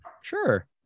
Sure